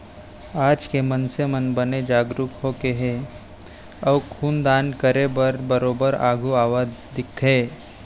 आज के मनसे मन बने जागरूक होगे हे अउ खून दान करे बर बरोबर आघू आवत दिखथे